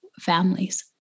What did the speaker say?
families